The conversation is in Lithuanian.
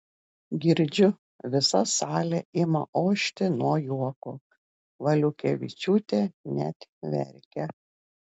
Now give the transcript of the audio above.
girdžiu visa salė ima ošti nuo juoko valiukevičiūtė net verkia